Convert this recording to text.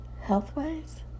health-wise